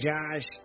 Josh